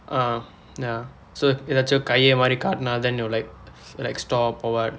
oh ya so ஏதாவது கையை மாத்தி காட்டினால்:eethaavathu kaiyai maaththi kaatdinaal then it will like like stop or what